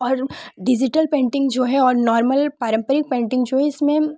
और digital painting जो है और नॉर्मल पारंपरिक पेंटिंग जो है इसमें